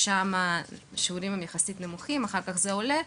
שם השיעורים הם יחסית נמוכים ואחר כך זה עולה,